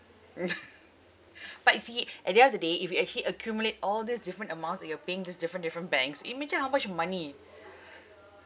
but you see at the end of the day if you actually accumulate all these different amounts that you're paying these different different banks imagine how much money